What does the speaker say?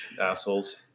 assholes